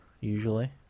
usually